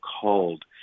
called